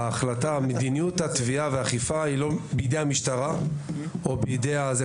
מדיניות התביעה והאכיפה היא לא בידי המשטרה או בידי זה,